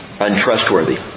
untrustworthy